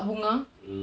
mm